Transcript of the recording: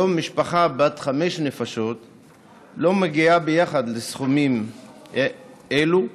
היום משפחה בת חמש נפשות לא מגיעה ביחד לסכומים האלה בחודש,